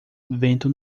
vento